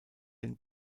den